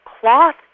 cloth